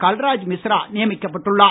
கல்ராஜ் மிஸ்ரா நியமிக்கப்பட்டுள்ளார்